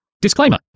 Disclaimer